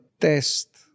test